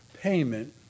payment